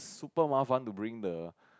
super mafan to bring the